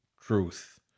truth